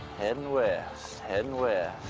and and west, heading west,